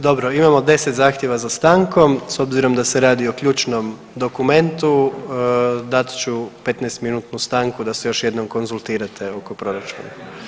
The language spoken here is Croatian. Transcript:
Dobro, imamo deset zahtjeva za stankom, s obzirom da se radi o ključnom dokumentu dat ću 15-minutnu stanku da se još jednom konzultirate oko proračuna.